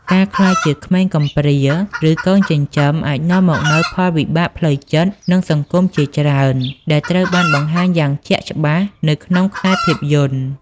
ការក្លាយជាក្មេងកំព្រា ឬកូនចិញ្ចឹម អាចនាំមកនូវផលវិបាកផ្លូវចិត្ត និងសង្គមជាច្រើនដែលត្រូវបានបង្ហាញយ៉ាងជាក់ច្បាស់នៅក្នុងខ្សែភាពយន្ត។